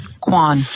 Kwan